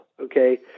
okay